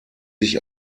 sich